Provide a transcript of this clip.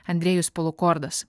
andrejus polukordas